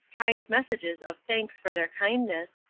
kind messages of thanks for their kindness,